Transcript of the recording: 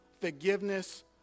forgiveness